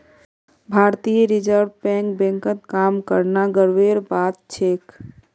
भारतीय रिजर्व बैंकत काम करना गर्वेर बात छेक